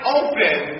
open